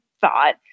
thought